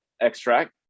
extract